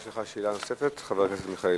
יש לך שאלה נוספת, חבר הכנסת מיכאלי?